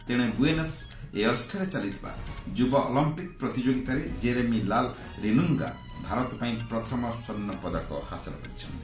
ତେଣେ ବୂଏନସ ଏୟର୍ସଠାରେ ଚାଲିଥିବା ଯୁବ ଅଲମ୍ପିକ ପ୍ରତିଯୋଗିତାରେ ଜେରେମି ଲାଲ ରିର୍ନୂଙ୍ଗା ଭାରତ ପାଇଁ ପ୍ରଥମ ସ୍ୱର୍ଷପଦକ ହାସଲ କରିଛନ୍ତି